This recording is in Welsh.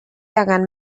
angan